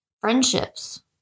friendships